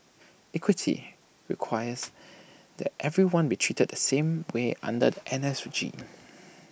equity requires that everyone be treated the same way under the N S regime